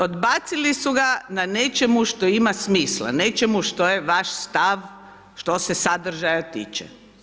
Odbacili su ga na nečemu što ima smisla, nečemu što je vaš stav što se sadržaja tiče.